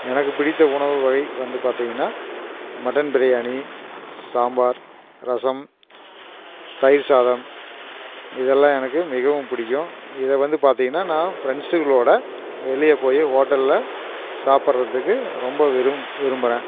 எனக்கு பிடித்த உணவு வகை வந்து பார்த்தீங்கனா மட்டன் பிரியாணி சாம்பார் ரசம் தயிர் சாதம் இதெல்லாம் எனக்கு மிகவும் பிடிக்கும் இதை வந்து பார்த்தீங்கனா நான் ஃப்ரெண்ட்ஸுகளோட வெளியே போய் ஹோட்டலில் சாப்பிடுறதுக்கு ரொம்ப விரும் விரும்புறேன்